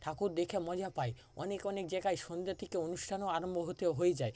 ঠাকুর দেখে মজা পাই অনেক অনেক জায়গায় সন্ধ্যে থেকে অনুষ্ঠানও আরম্ভ হতে হয়ে যায়